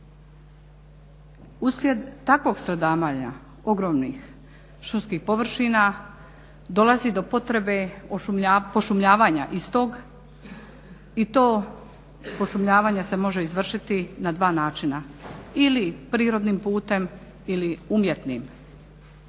Uslijed takvog stradavanja ogromnih šumskih površina dolazi do potrebe pošumljavanja istog i to pošumljavanje se može izvršiti na dva načina. Ili prirodnim putem ili umjetnim.